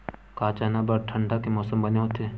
का चना बर ठंडा के मौसम बने होथे?